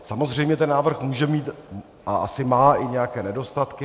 Samozřejmě ten návrh může mít a asi má i nějaké nedostatky.